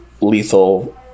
lethal